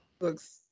looks